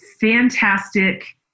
fantastic